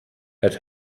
had